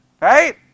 right